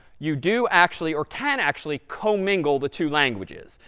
you do actually, or can actually, commingle the two languages.